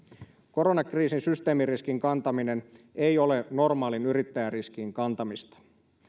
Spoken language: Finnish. koronakriisin systeemiriskin kantaminen ei ole normaalin yrittäjäriskin kantamista